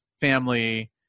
family